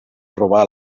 robar